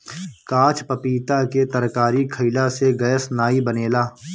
काच पपीता के तरकारी खयिला से गैस नाइ बनेला